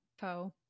Poe